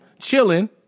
chilling